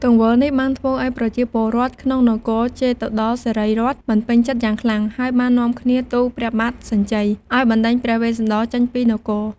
ទង្វើនេះបានធ្វើឱ្យប្រជាពលរដ្ឋក្នុងនគរជេតុត្តរសិរីរដ្ឋមិនពេញចិត្តយ៉ាងខ្លាំង ហើយបាននាំគ្នាទូលព្រះបាទសញ្ជ័យឱ្យបណ្ដេញព្រះវេស្សន្តរចេញពីនគរ។